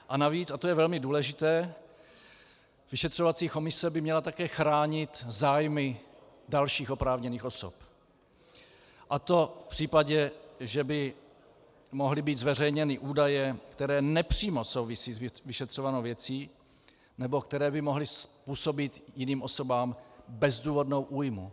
A navíc, a to je velmi důležité, vyšetřovací komise by měla také chránit zájmy dalších oprávněných osob, a to v případě, že by mohly být zveřejněny údaje, které přímo nesouvisí s vyšetřovanou věcí nebo které by mohly způsobit jiným osobám bezdůvodnou újmu.